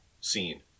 scene